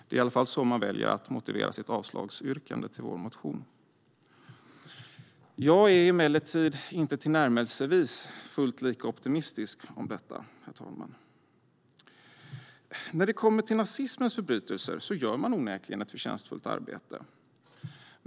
Det är i alla fall så de väljer att motivera sitt avslagsyrkande på vår reservation. Jag är emellertid inte tillnärmelsevis lika optimistisk om detta. När det kommer till nazismens förbrytelser gör man onekligen ett förtjänstfullt arbete.